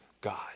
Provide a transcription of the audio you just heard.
God